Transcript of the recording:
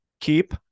keep